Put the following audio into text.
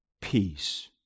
peace